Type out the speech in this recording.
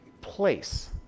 place